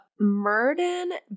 Murden